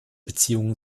beziehungen